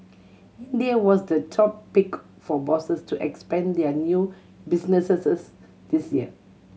India was the top pick for bosses to expand their new businesses this year